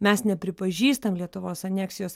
mes nepripažįstam lietuvos aneksijos